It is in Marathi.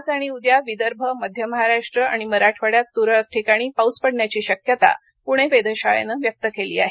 आज आणि उद्या विदर्भ मध्य महाराष्ट्र आणि मराठवाडयात तरळक ठिकाणी पाऊस पडण्याची शक्यता पणे वेधशाळेनं व्यक्त केली आहे